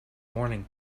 morning